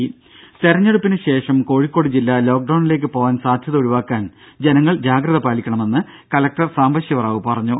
ദേഴ തെരഞ്ഞെടുപ്പിനു ശേഷം കോഴിക്കോട് ജില്ല ലോക്ഡൌണിലേക്ക് പോവാൻ സാധ്യത ഒഴിവാക്കാൻ ജനങ്ങൾ ജാഗ്രത പാലിക്കണമെന്ന് കലക്ടർ സാംബശിവ റാവു പറഞ്ഞു